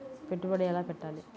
పెట్టుబడి ఎలా పెట్టాలి?